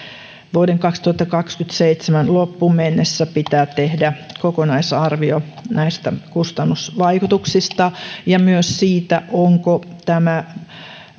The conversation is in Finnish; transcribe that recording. vuoden kaksituhattakaksikymmentäseitsemän loppuun mennessä pitää tehdä koko naisarvio kustannusvaikutuksista ja myös siitä ovatko